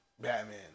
Batman